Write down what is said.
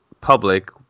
public